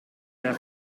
their